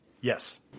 Yes